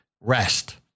rest